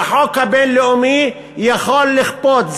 והחוק הבין-לאומי יכול לכפות.